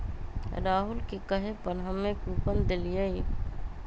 राहुल के कहे पर हम्मे कूपन देलीयी